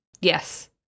Yes